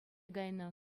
кайнӑ